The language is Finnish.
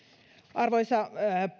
arvoisa